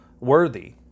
worthy